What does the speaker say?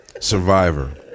Survivor